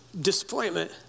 disappointment